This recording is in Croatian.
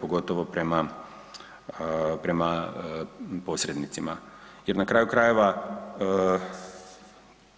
Pogotovo prema, prema posrednicima jer na kraju krajeva